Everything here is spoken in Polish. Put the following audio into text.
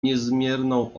niezmierną